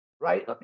Right